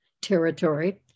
territory